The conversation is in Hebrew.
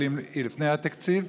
אבל לפני התקציב,